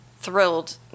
thrilled